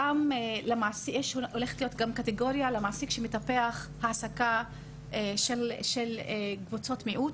הולכת להיות גם קטגוריה למעסיק שמטפח העסקה של קבוצות מיעוט.